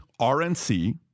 RNC